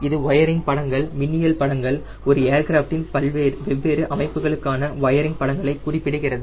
இது வயரிங் படங்கள் மின்னியல் படங்கள் ஒரு ஏர்கிராஃப்ட் இன் வெவ்வேறு அமைப்புகளுக்கான வயரிங் வரைபடங்களை குறிப்பிடுகிறது